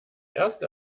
erste